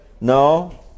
No